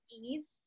ease